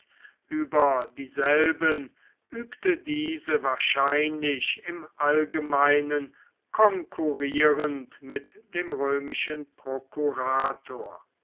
über dieselben übte diese wahrscheinlich im allgemeinen konkurrierend mit dem römischen prokurator